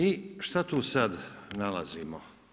I šta tu sad nalazimo?